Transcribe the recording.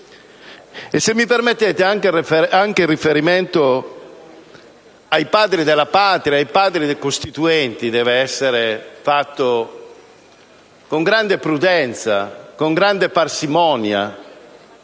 E se mi permettete, anche il riferimento ai Padri della Patria, ai Padri costituenti, deve essere fatto con grande prudenza, con grande parsimonia,